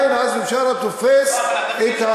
עדיין עזמי בשארה תופס את,